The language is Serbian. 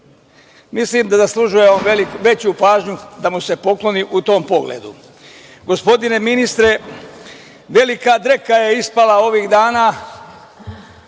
Mislim da on zaslužuje veću pažnju da mu se pokloni u tom pogledu. Gospodine ministre, velika dreka je ispala ovih dana